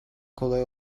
kolay